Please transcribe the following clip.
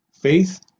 Faith